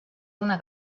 una